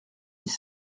dix